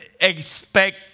Expect